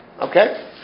okay